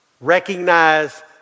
recognize